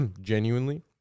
genuinely